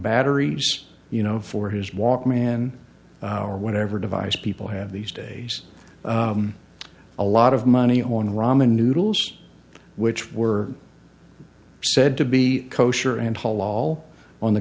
batteries you know for his walkman or whatever device people have these days a lot of money on ramen noodles which were said to be